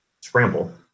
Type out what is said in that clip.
scramble